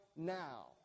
Now